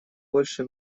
больше